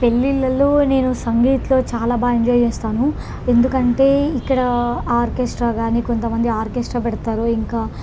పెళ్ళిళ్ళల్లో నేను సంగీత్లో చాలా బా ఎంజాయ్ చేస్తాను ఎందుకంటే ఇక్కడ ఆర్కెస్ట్రా కానీ కొంతమంది ఆర్కెస్ట్రా పెడతారు ఇంకా